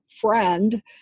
friend